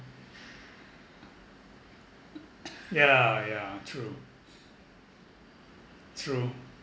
yeah yeah true true